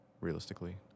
Realistically